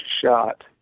shot